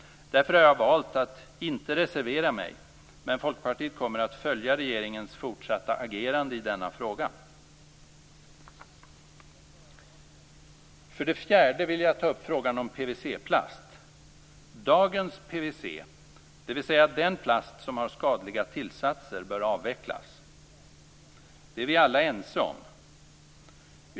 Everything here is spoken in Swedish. Därför har jag valt att inte reservera mig, men Folkpartiet kommer att följa regeringens fortsatta agerande i denna fråga. För det fjärde vill jag ta upp frågan om PVC-plast. Dagens PVC, dvs. den plast som har skadliga tillsatser, bör avvecklas. Det är vi alla ense om.